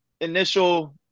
initial